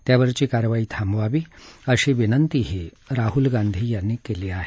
त्यावरची कारवाई थांबवावी अशी विनंतीही राहूल गांधी यांनी केली आहे